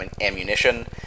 ammunition